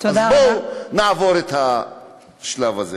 אז בואו נעבור את השלב הזה.